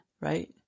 Right